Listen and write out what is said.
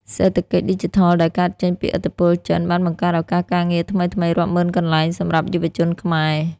សេដ្ឋកិច្ចឌីជីថលដែលកើតចេញពីឥទ្ធិពលចិន បានបង្កើតឱកាសការងារថ្មីៗរាប់ម៉ឺនកន្លែងសម្រាប់យុវជនខ្មែរ។